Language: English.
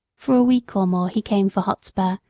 for a week or more he came for hotspur,